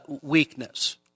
weakness